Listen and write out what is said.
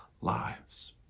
lives